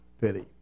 pity